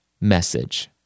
message